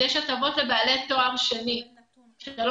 יש הטבות לבעלי תואר שני ואלה שלוש